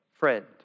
friend